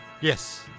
Yes